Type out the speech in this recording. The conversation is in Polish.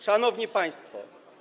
Szanowni Państwo!